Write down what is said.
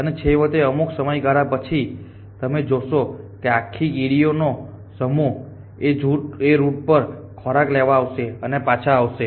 અને છેવટે અમુક સમયગાળા પછી તમે જોશો કે આ આખી કીડી નો સમૂહ એ જ રૂટ પર થી ખોરાક લાવશે અને પાછા આવશે